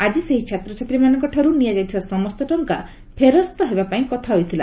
ଆକି ସେହି ଛାତ୍ରଛାତ୍ରୀମାନଙ୍କ ଠାରୁ ନିଆଯାଇଥିବା ସମସ୍ତ ଟଙ୍କା ଫେରସ୍ତ ହେବା ପାଇଁ କଥା ହୋଇଥିଲା